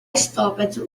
stopped